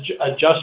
adjust